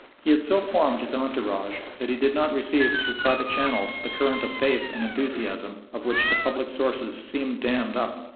he had so formed his entourage that he did not receive through private channels the current of faith and enthusiasm of which the public sources seemed dammed up.